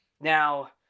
Now